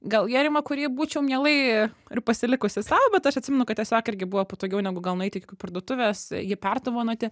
gal gėrimą kurį būčiau mielai ir pasilikusi sau bet aš atsimenu kad tiesiog irgi buvo patogiau negu gal nueit iki parduotuvės ji perdovanoti